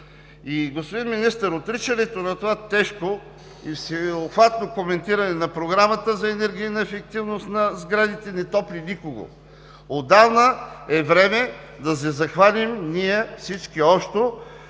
И, господин Министър, отричането на това тежко и всеобхватно коментиране на Програмата за енергийна ефективност на сградите не топли никого! Отдавна e време да се захванем – ние, всички, общо